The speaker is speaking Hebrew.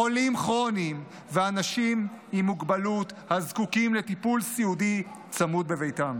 חולים כרוניים ואנשים עם מוגבלות הזקוקים לטיפול סיעודי צמוד בביתם.